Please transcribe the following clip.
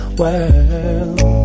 world